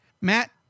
Matt